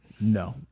No